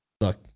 Look